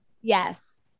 Yes